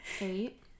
Eight